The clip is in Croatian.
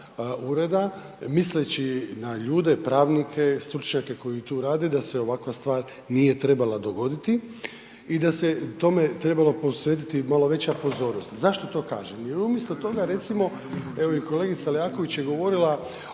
ureda, misleći na ljude pravnike, stručnjake koji tu rade da se ovakva stvar nije trebala dogoditi i da se tome trebalo posvetiti malo veća pozornost. Zašto to kažem? Jer umjesto toga recimo evo i kolegica Leaković je govorila